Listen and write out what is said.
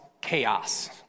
chaos